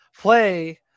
play